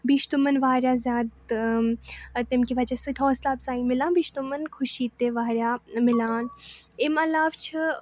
بیٚیہِ چھِ تِمَن واریاہ زیادٕ تہٕ تمہِ کہِ وجہ سۭتۍ حوصلہ افزایی میلان بیٚیہِ چھِ تِمَن خُوشی تہِ واریاہ میلان اَمہِ علاوٕ چھِ